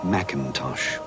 Macintosh